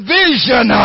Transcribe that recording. vision